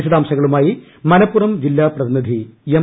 വിശദാംശങ്ങളുമായി മലപ്പുറം ജില്ലാ പ്രതിനിധി എം